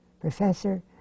professor